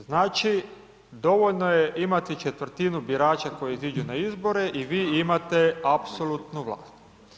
Znači, dovoljno je imati četvrtinu birača koji iziđu na izbore i vi imate apsolutnu vlast.